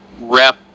rep